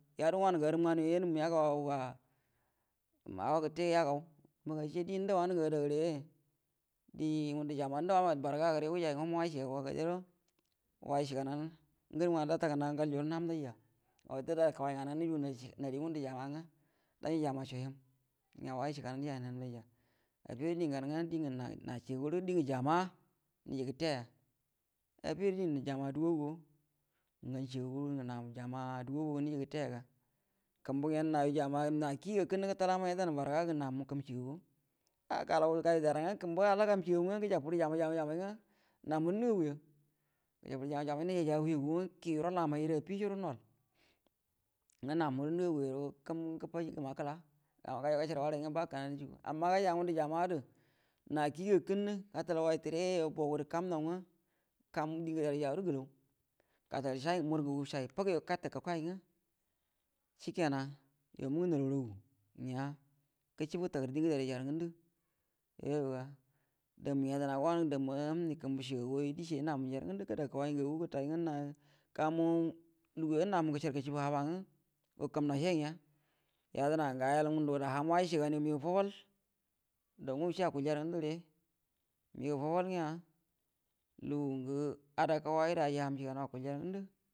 Yadu ga nə ga arəm nganuwo yanəm yagaw ga awa gəte yagawo mba ga yəce dien ngundu wanə ngwə ada gare die ngundə jama’a jəkə wan a bargə gəre wujay hum way cəgau ga gade ro ngərəm nganu datəganau way cəgan jo naban dayya ga hajugu anjal jo way nganu narie ngundə jama’a ngwə dan da’ jama’a co həm ngəa way cəgan nəjay nəhəm dayya affiguəro diengu gangwo ga na cegagu rə na rə jama nəjə gəte ya affi guəro diengu jama ə adu gagu rə na cegagu nəji gəta ga kumbu’a gyen na rə juma’a na kiyi gəakonna gətalaw yəmai dan gə bargu gə namuh kəm cega gu gaju gu day ran gəcəfurə jammay jam may gwə na muh guəro nəga gu ya gajugurə jammay nəjayya huya ngwə kəyu yuran amay mu guro nual ngwə na muhu guəro nəgaguya guəro gəma gəfaji gəmama kəla gacəar waray ngə ba kəna nəcəkuə, amma gajay guru jana’a gərə na kiyi gəakənnə gatalw bow guərə kamnaugə kam die gərayga guəro gəlaw gətəgə shayi gagu mur shay shakyo shekna yumu ngwə nəlaw ra gwə ngwə gətagərə die gəde ray ra ragəndu, damu yədə na go wanəngu kumbue cegamu namu mu ya ral ngondu, garu gətay ngwə gamu luguya guro gol gəce bu lugu haba ngwə gu kəmnau he ngəa yodəna ayal gundə gərə ham kumbu cəgarl məgaw fababal daw wuce akual ja ngundu gərə məgaw fababə ngəa lugungwə adaw kaw way gərə ajay ham cegu ji akualja rə ngundə.